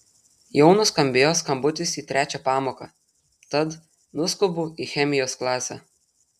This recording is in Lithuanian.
jau nuskambėjo skambutis į trečią pamoką tad nuskubu į chemijos klasę